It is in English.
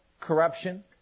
corruption